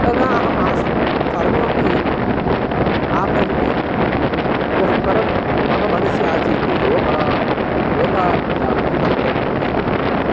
तदा अहं आसम् सर्वमपि आकर्ण्य इतः परं मम मनसि आसीत् योगा योगाभ्यासं कर्तव्यम् इति